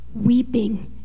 weeping